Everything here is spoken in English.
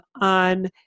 on